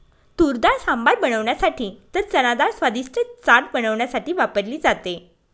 तुरडाळ सांबर बनवण्यासाठी तर चनाडाळ स्वादिष्ट चाट बनवण्यासाठी वापरली जाते